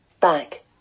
Back